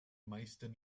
meisten